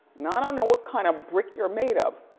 now, i don't know what kind of brick you're made of,